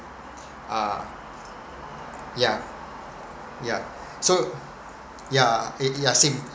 ah yeah yeah so yeah eh yeah same